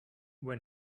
when